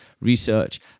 research